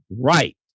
right